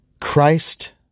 Christ